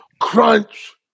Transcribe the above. crunch